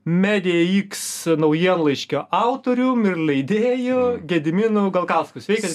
media iks naujienlaiškio autorium ir leidėju gedimino galkausku sveikas